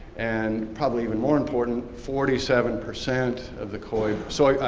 and probably even more important, forty seven percent of the coy, soy,